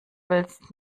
willst